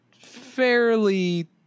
fairly